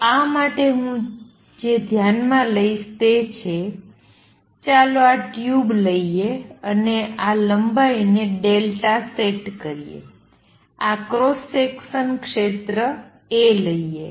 તો આ માટે હું જે ધ્યાનમાં લઈશ તે છે ચાલો આ ટ્યુબ લઈએ અને આ લંબાઈને ડેલ્ટા∆ સેટ કરીએ અને આ ક્રોસ સેક્શન ક્ષેત્ર a લઈએ